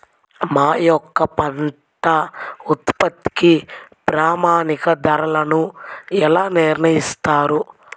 మా యొక్క పంట ఉత్పత్తికి ప్రామాణిక ధరలను ఎలా నిర్ణయిస్తారు?